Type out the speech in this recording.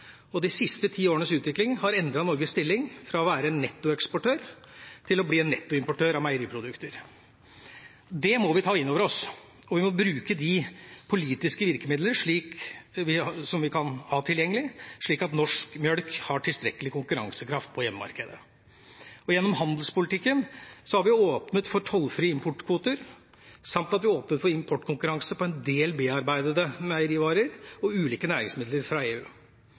– de siste ti årenes utvikling har endret Norges stilling fra å være nettoeksportør til å bli en nettoimportør av meieriprodukter. Det må vi ta inn over oss. Og vi må bruke de politiske virkemidler vi har tilgjengelig, slik at norsk melk har tilstrekkelig konkurransekraft på hjemmemarkedet. Gjennom handelspolitikken har vi åpnet for tollfri importkvoter samt at vi har åpnet for importkonkurranse på en del bearbeidede meierivarer og ulike næringsmidler fra EU.